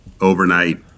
overnight